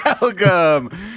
Welcome